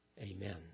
Amen